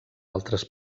altres